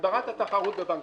הגברת התחרות בבנקאות.